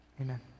Amen